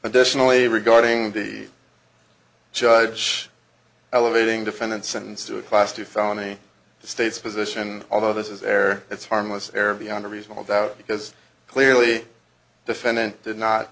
additionally regarding the judge elevating defendant sentence to a class two felony the state's position although this is there it's harmless error beyond a reasonable doubt because clearly defendant did not